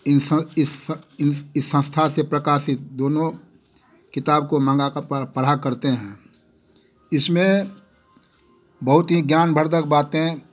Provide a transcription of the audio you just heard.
इस संस्था से प्रकाशित दोनों किताब को मंगा कर पढ़ा करते है इसमें बहुत ही ज्ञानवर्धक बातें